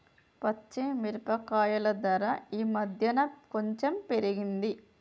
పచ్చి మిరపకాయల ధర ఈ మధ్యన కొంచెం పెరిగింది